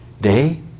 day